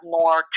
more